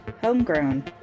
Homegrown